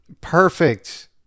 perfect